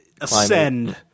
ascend